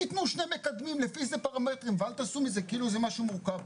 תיתנו שני מקדמים לפי זה פרמטרים ואל תעשו מזה כאילו איזה משהו מורכב.